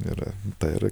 ir tai yra